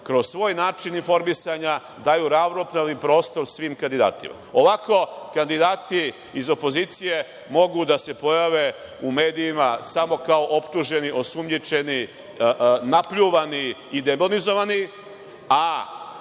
kroz svoj način informisanja daju ravnopravni prostor svim kandidatima. Ovako kandidati iz opozicije mogu da se pojave u medijima samo kao optuženi, osumnjičeni, napljuvani i demonizovani, a